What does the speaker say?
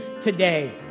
today